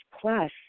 plus